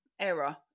error